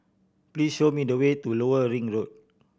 please show me the way to Lower Ring Road